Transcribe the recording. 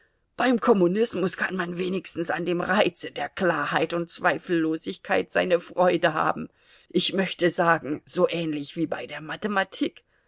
beim kommunismus kann man wenigstens an dem reize der klarheit und zweifellosigkeit seine freude haben ich möchte sagen so ähnlich wie bei der mathematik